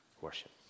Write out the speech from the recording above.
worship